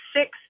six